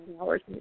hours